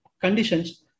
Conditions